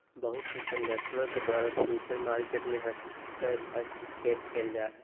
बहुत से संगठनों के द्वारा फ्यूचर मार्केट में हस्तक्षेप क़इल जा हइ